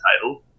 title